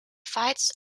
fights